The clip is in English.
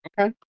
okay